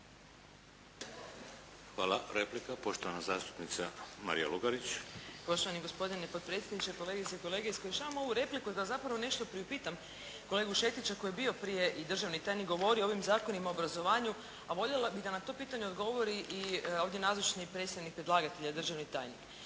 Hvala. Replika poštovana zastupnica Marija Lugarić. **Lugarić, Marija (SDP)** Poštovani gospodine potpredsjedniče, kolegice i kolege. Iskorištavam ovu repliku da zapravo nešto priupitam kolegu Šetića koji je bio prije i državni tajnik, govorio o ovim zakonima o obrazovanju a voljela bih da na to pitanje odgovori i ovdje nazočni predstavnik predlagatelja državni tajnik.